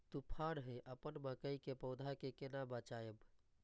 तुफान है अपन मकई के पौधा के केना बचायब?